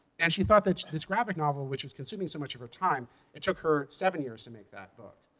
and she thought that this graphic novel, which was consuming so much of her time it took her seven years to make that book.